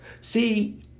See